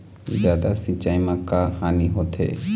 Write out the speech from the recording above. जादा सिचाई म का हानी होथे?